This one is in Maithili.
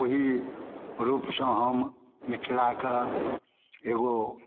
ओही रूपसँ हम मिथिलाके एगो